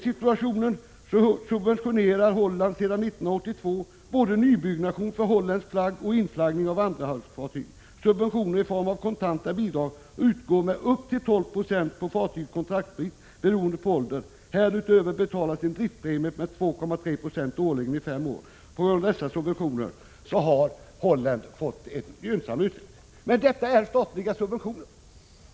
Holland subventionerar sedan 1982 både nybyggnation för holländsk flagg och inflaggning av andrahandsfartyg. Subventioner i form av kontanta bidrag utgår med upp till 12 20 på fartygets kontraktspris beroende på fartygets ålder. Härutöver betalas en driftspremie på 2,3 20 årligen i fem år. På grund av dessa subventioner har Holland fått en gynnsam utveckling. Men detta är statliga subventioner.